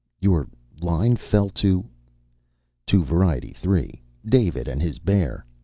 your line fell to to variety three. david and his bear.